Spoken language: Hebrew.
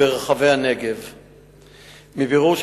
נודע לי